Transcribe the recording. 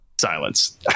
silence